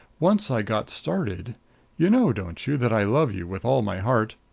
once i got started you know, don't you, that i love you with all my heart?